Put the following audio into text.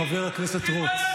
חבר הכנסת רוט.